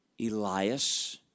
Elias